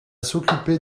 s’occuper